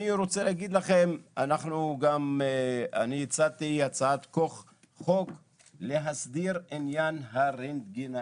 אני גם רוצה להגיד: אני גם הצעתי הצעת חוק להסדיר את עניין הרנטגנאים,